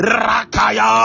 rakaya